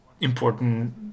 important